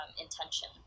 intention